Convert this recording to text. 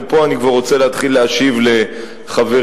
ופה אני רוצה להתחיל להשיב לחברי,